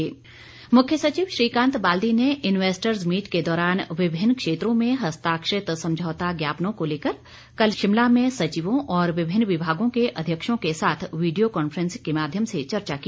मुख्य सचिव मुख्य सचिव श्रीकान्त बाल्दी ने इन्वेस्टर्स मीट के दौरान विभिन्न क्षेत्रों में हस्ताक्षरित समझौता ज्ञापनों को लेकर कल शिमला में सचिवों और विभिन्न विभागों के अध्यक्षों के साथ वीडियो कांफ्रेंस के माध्यम से चर्चा की